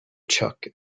chuck